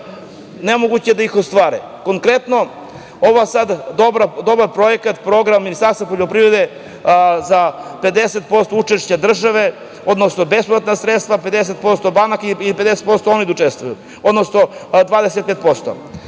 nemoguće da iz ostvare. Konkretno, ovaj sad dobar projekat, program Ministarstva poljoprivrede za 50% učešća države, odnosno bespovratna sredstva 50% banaka i 50% oni da učestvuju, odnosno 25%.